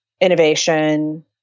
innovation